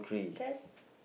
test